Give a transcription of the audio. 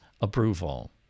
approval